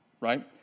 right